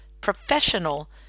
professional